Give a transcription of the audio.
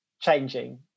changing